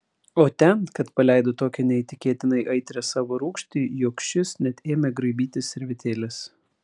o ten kad paleido tokią neįtikėtinai aitrią savo rūgštį jog šis net ėmė graibytis servetėlės